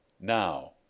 now